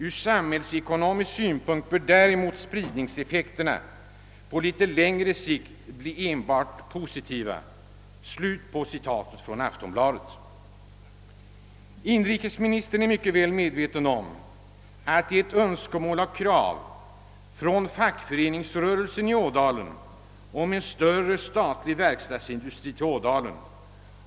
Ur samhällsekonomisk synpunkt bör däremot spridningseffekterna, på litet längre sikt, bli enbart positiva.» Inrikesministern är mycket väl medveten om att det föreligger önskemål och krav från fackföreningsrörelsen i Ådalen om en större statlig verkstadsindustri till området.